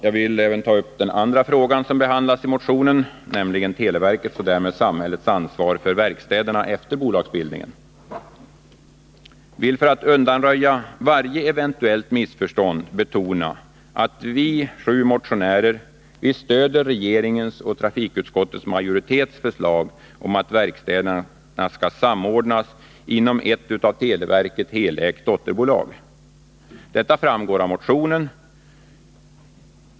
Jag vill även ta upp den andra frågan som behandlas i vår motion, nämligen televerkets och därmed samhällets ansvar för verkstäderna efter bolagsbildningen. Jag vill för att undanröja varje eventuellt missförstånd betona att vi sju motionärer stöder regeringens och trafikutskottets majoritets förslag om att verkstäderna skall samordnas inom ett av televerket helägt dotterbolag. Detta framgår av motionen.